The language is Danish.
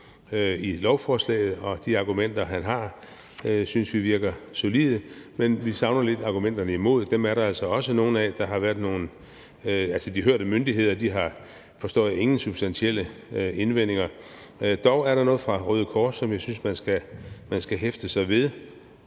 i lovforslaget, og de argumenter, han har, synes vi virker solide. Men vi savner lidt argumenterne imod, for dem er der altså også nogle af. Altså, de hørte myndigheder har, forstår jeg, ingen substantielle indvendinger. Dog er der noget fra Røde Kors, som jeg synes er værd at hæfte sig ved,